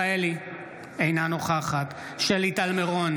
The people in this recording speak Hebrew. אינה נוכחת שלי טל מירון,